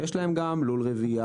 ויש להם גם לול רבייה,